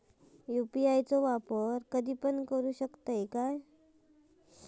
UPI चो वापर कधीपण करू शकतव?